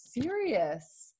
serious